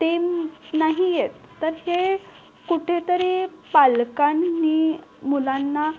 ते नाही येत तर हे कुठे तरी पालकांनी मुलांना